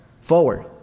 Forward